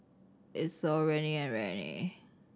Isocal Rene and Rene